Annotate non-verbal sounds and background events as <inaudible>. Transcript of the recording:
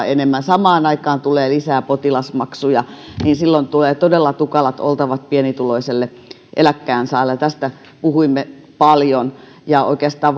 <unintelligible> enemmän samaan aikaan tulee lisää potilasmaksuja niin silloin tulee todella tukalat oltavat pienituloiselle eläkkeensaajalle tästä puhuimme paljon oikeastaan <unintelligible>